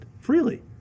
freely